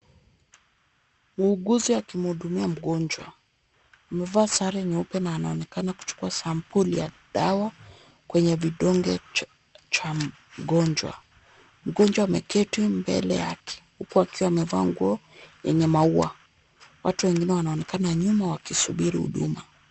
Muuguzi akimhudumia mgonjwa, amevaa sare nyeupe na anaonekana kuchukua sampuli ya dawa kwenye kidole cha mgonjwa, mgonjwa ameketi mbele yake huku akiwa amevaa nguo yenye maua, watu wengine wanaonekana nyuma wakisubiri huduma.